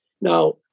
Now